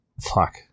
fuck